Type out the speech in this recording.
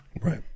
Right